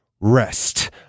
rest